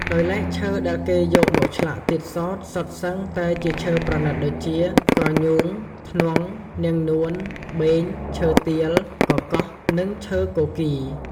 ដោយឡែកឈើដែលគេយកមកឆ្លាក់ទៀតសោតសុទ្ធសឹងតែជាឈើប្រណិតដូចជា ក្រញូង ធ្នង់ នាងនួន បេង ឈើទាល កកោះ និងឈើគគី ។